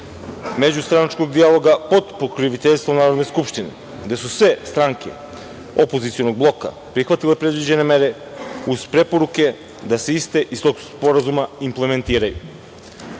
međustranačkog dijaloga pod pokroviteljstvom Narodne skupštine, a gde su sve stranke opozicionog bloka prihvatile predviđene mere uz preporuke da se iste iz tog sporazuma implementiraju.